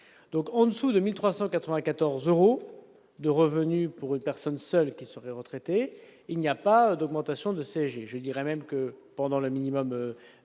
donc on ne sous 2394 euros de revenus pour une personne seule. Les retraités, il n'y a pas d'augmentation de CSG, je dirais même que pendant le minimum